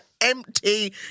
empty